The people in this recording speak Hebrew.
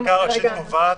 היות שחקיקה ראשית --- רגע,